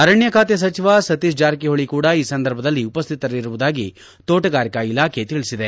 ಅರಣ್ಣ ಖಾತೆ ಸಚಿವ ಸತೀಶ ಜಾರಕಿಹೊಳಿ ಕೂಡ ಈ ಸಂದರ್ಭದಲ್ಲಿ ಉಪಸ್ವಿತರಿರುವುದಾಗಿ ತೋಟಗಾರಿಕಾ ಇಲಾಖೆ ತಿಳಿಸಿದೆ